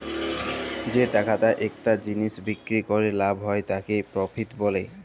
যে টাকাটা একটা জিলিস বিক্রি ক্যরে লাভ হ্যয় তাকে প্রফিট ব্যলে